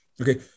Okay